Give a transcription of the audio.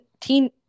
teen